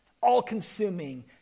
All-consuming